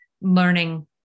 learning